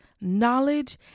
knowledge